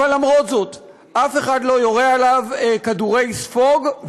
ובכל זאת אף אחד לא יורה עליו כדורי ספוג.